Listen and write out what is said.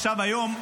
היום,